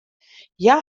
hja